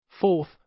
Fourth